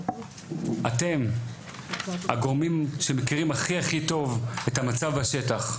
אתם הגורמים שמכירים הכי הכי טוב את המצב בשטח,